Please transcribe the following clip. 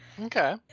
Okay